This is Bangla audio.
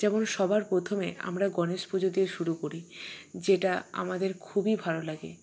যেমন সবার প্রথমে আমরা গণেশ পুজো দিয়ে শুরু করি যেটা আমাদের খুবই ভালো লাগে